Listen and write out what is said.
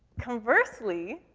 conversely,